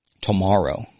tomorrow